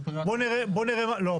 לא,